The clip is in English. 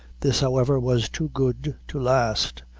this, however, was too good to last.